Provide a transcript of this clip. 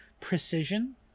precision